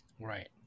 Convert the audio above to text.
right